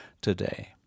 today